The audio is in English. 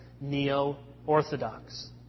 neo-Orthodox